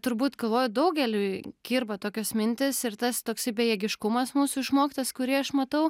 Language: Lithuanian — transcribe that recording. turbūt galvoju daugeliui kirba tokios mintys ir tas toksai bejėgiškumas mūsų išmoktas kurį aš matau